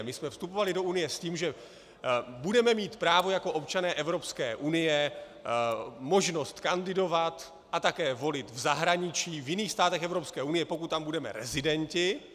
Do Unie jsme vstupovali s tím, že budeme mít právo jako občané Evropské unie, možnost kandidovat a také volit v zahraničí, v jiných státech Evropské unie, pokud tam budeme rezidenti.